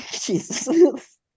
Jesus